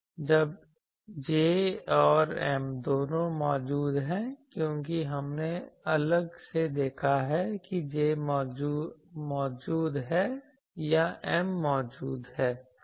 जब J और M दोनों मौजूद हैं क्योंकि हमने अलग से देखा है कि J मौजूद है या M मौजूद है